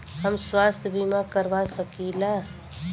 हम स्वास्थ्य बीमा करवा सकी ला?